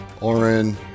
Oren